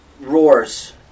roars